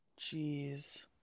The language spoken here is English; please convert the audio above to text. Jeez